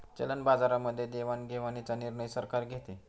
चलन बाजारामध्ये देवाणघेवाणीचा निर्णय सरकार घेते